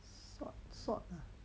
salt salt